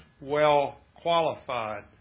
well-qualified